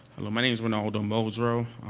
hello, my name's rinaldo moldrew.